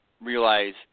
realize